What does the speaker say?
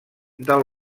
del